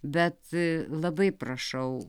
bet labai prašau